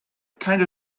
kind